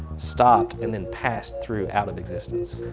stopped, and then passed through out of existence.